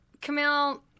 Camille